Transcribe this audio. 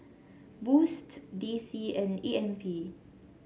Boost D C and A M P